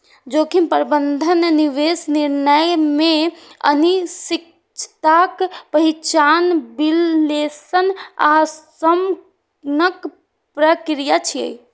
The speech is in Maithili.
जोखिम प्रबंधन निवेश निर्णय मे अनिश्चितताक पहिचान, विश्लेषण आ शमनक प्रक्रिया छियै